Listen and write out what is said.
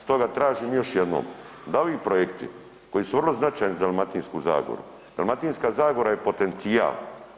Stoga tražim još jednom da ovi projekti koji su vrlo značajni za Dalmatinsku zagoru, Dalmatinska zagora je potencijal.